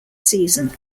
season